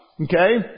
Okay